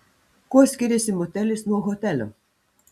kuo skiriasi motelis nuo hotelio